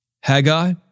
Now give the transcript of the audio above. Haggai